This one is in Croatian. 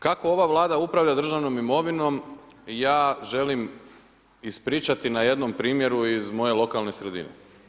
Kako ova Vlada upravlja državnom imovinom, ja želim ispričati na jednom primjeru iz moje lokalne sredine.